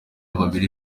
babiri